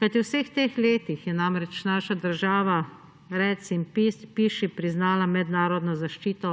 kajti v vseh teh letih je namreč naša država reci in piši priznala mednarodno zaščito